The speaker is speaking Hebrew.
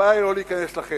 הבעיה היא לא להיכנס לחדר,